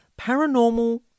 paranormal